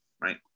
right